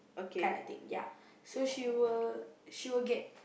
kind of thing ya so she will she will get kind of thing